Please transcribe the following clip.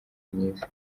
myiza